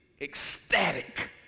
ecstatic